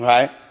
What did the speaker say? Right